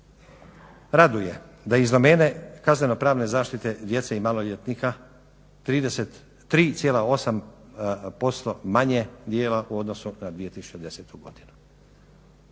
Raduje da iz domene kazneno pravne zaštite djece i maloljetnika 33,8% manje djela u odnosu na 2010. godinu.